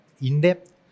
in-depth